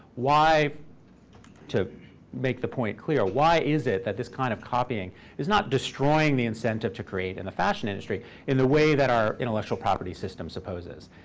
to make the point clear, why is it that this kind of copying is not destroying the incentive to create in the fashion industry in the way that our intellectual property system supposes?